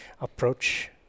approach